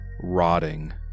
rotting